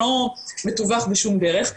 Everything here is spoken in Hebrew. לא מתווך בשום דרך.